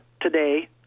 today